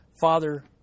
Father